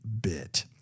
bit